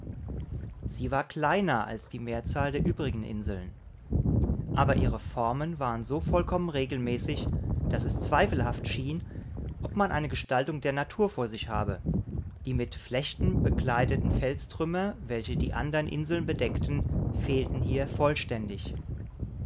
sie war kleiner als die mehrzahl der übrigen inseln aber ihre formen waren so vollkommen regelmäßig daß es zweifelhaft schien ob man eine gestaltung der natur vor sich habe die mit flechten bekleideten felstrümmer welche die andern inseln bedeckten fehlten hier vollständig